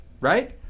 right